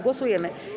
Głosujemy.